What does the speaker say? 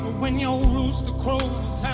when your rooster crows